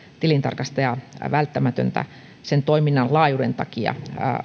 tilintarkastajaa välttämätöntä sen toiminnan laajuuden takia